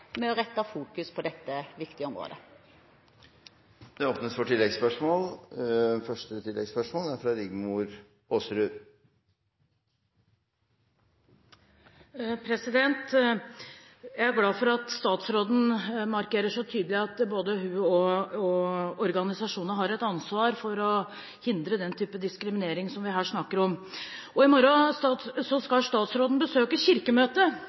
å sette fokus på dette viktige området. Det blir oppfølgingsspørsmål – først Rigmor Aasrud. Jeg er glad for at statsråden markerer så tydelig at både hun og organisasjonene har et ansvar for å hindre den type diskriminering som vi her snakker om. I morgen skal statsråden besøke Kirkemøtet,